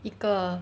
一个